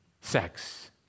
sex